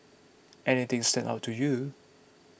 anything stand out to you